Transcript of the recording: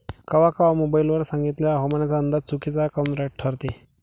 कवा कवा मोबाईल वर सांगितलेला हवामानाचा अंदाज चुकीचा काऊन ठरते?